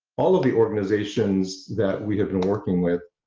all of the organizations that we have been working with.